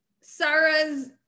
Sarah's